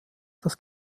das